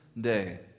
Day